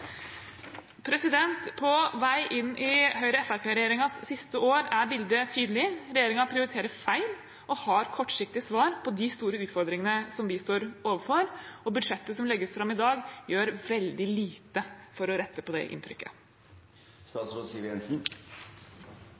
På vei inn i Høyre–Fremskrittsparti-regjeringens siste år er bildet tydelig: Regjeringen prioriterer feil og har kortsiktige svar på de store utfordringene vi står overfor. Budsjettet som legges fram i dag, gjør veldig lite for å rette på det